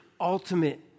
ultimate